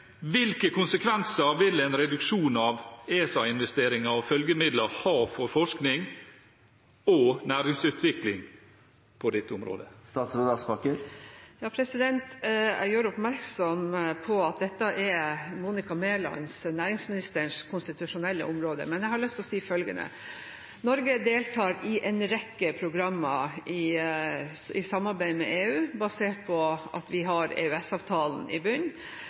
Hvilke konsekvenser vil en reduksjon av ESA-investeringer og følgemidler ha for forskning og næringsutvikling på dette området? Jeg gjør oppmerksom på at dette er Monica Mælands, næringsministerens, konstitusjonelle område. Men jeg har lyst til å si følgende: Norge deltar i en rekke programmer i samarbeid med EU, basert på at vi har EØS-avtalen i